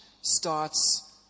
starts